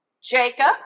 Jacob